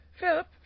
Philip